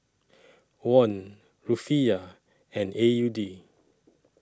Won Rufiyaa and A U D